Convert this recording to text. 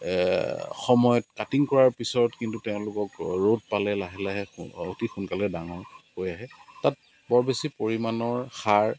সময়ত কাটিং কৰাৰ পিছত কিন্তু তেওঁলোকক ৰ'দ পালে লাহে লাহে অতি সোনকালে ডাঙৰ হৈ আহে তাত বৰ বেছি পৰিমাণৰ সাৰ